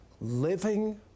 living